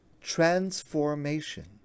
transformation